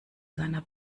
seiner